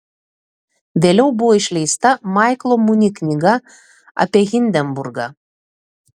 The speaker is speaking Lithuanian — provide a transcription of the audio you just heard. vėliau buvo išleista maiklo muni knyga apie hindenburgą